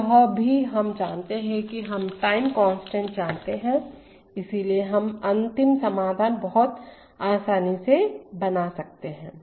तो यह भी हम जानते हैं हम टाइम कांस्टेंट जानते हैं इसलिए हम अंतिम समाधान बहुत आसानी से बना सकते हैं